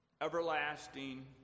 everlasting